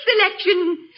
selection